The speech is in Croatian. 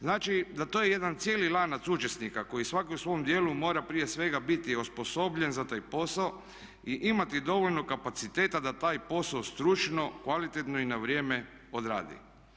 Znači, da to je jedan cijeli lanac učesnika koji svaki u svom dijelu mora prije svega biti osposobljen za taj posao i imati dovoljno kapaciteta da taj posao stručno, kvalitetno i na vrijeme odradi.